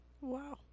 Wow